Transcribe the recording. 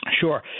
Sure